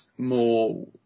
more